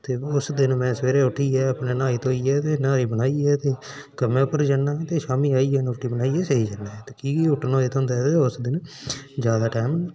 ते उस दिन में सवेरे उट्ठियै न्हाई धोइयै न्हारी बनाइयै कम्मै उप्पर जान्नां शामीं रुट्टी बनाइयै सेई जन्नां की कि हुट्टन होए दा होंदा ऐ उस दिन ज्यादा टाईम